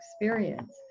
experience